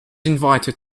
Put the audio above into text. invited